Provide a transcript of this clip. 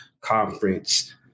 conference